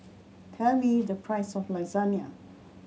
tell me the price of Lasagna